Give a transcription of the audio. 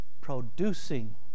producing